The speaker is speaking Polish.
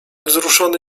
wzruszony